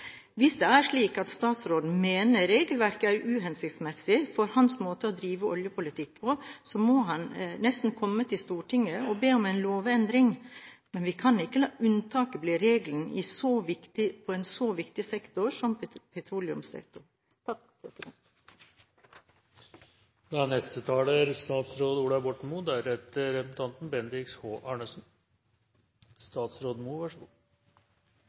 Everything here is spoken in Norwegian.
Hvis det er slik at statsråden mener regelverket er uhensiktsmessig for hans måte å drive oljepolitikk på, må han nesten komme til Stortinget og be om en lovendring. Men vi kan ikke la unntaket bli regelen i en så viktig sektor som petroleumssektoren. Jeg har for min egen del rett og slett blått slips. Men det er